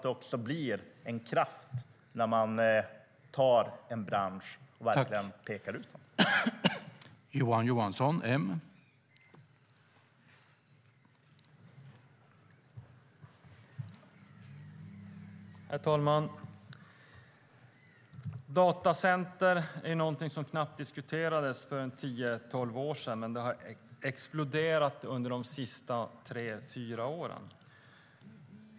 Det blir en kraft när man verkligen pekar ut en bransch.